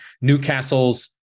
Newcastle's